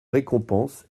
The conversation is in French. récompense